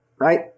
Right